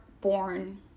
born